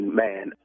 man